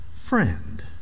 friend